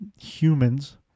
humans